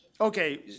Okay